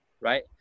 right